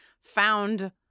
found